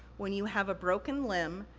when you have a broken limb,